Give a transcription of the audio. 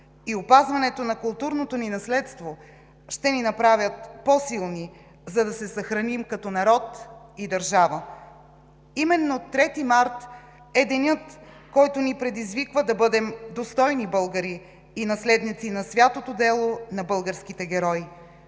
и опазването на културното ни наследство ще ни направят по-силни, за да се съхраним като народ и държава. Именно Трети март е денят, който ни предизвиква да бъдем достойни българи и наследници на святото дело на българските герои.